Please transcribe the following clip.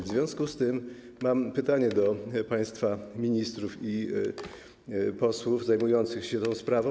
W związku z tym mam pytanie do państwa ministrów i posłów zajmujących się tą sprawą.